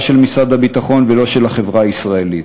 לא של משרד הביטחון ולא של החברה הישראלית.